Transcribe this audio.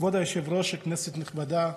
כבוד היושב-ראש, כנסת נכבדה,